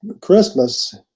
christmas